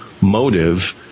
motive